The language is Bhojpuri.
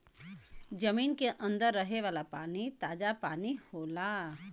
जमीन के अंदर रहे वाला पानी ताजा पानी होला